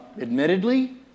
admittedly